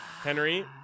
Henry